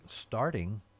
starting